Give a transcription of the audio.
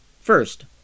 First